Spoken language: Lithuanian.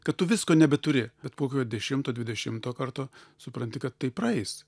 kad tu visko nebeturi bet po dešimto dvidešimto karto supranti kad tai praeis